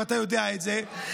אתה יודע את זה,